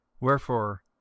Wherefore